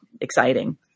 exciting